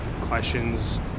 questions